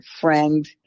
friend